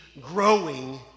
growing